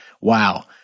Wow